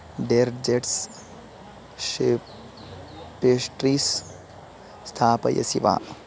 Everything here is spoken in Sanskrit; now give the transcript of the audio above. डेर्जेट्स् शेप् पेस्ट्रीस् स्थापयसि वा